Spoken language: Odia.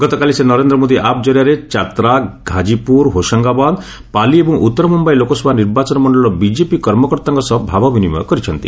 ଗତକାଲି ସେ ନରେନ୍ଦ୍ର ମୋଦି ଆପ୍ ଜରିଆରେ ଚାତ୍ରା ଘାଜିପୁର ହୋସଙ୍ଗାବାଦ ପାଲି ଏବଂ ଉତ୍ତର ମୁମ୍ୟାଇ ଲୋକସଭା ନିର୍ବାଚନ ମଣ୍ଡଳୀର ବିଜେପି କର୍ମକର୍ତ୍ତାଙ୍କ ସହ ଭାବ ବିନିମୟ କରିଛନ୍ତି